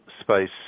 Space